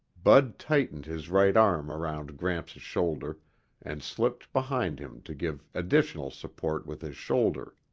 bud tightened his right arm around gramps' shoulder and slipped behind him to give additional support with his shoulder.